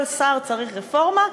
כל שר צריך רפורמה,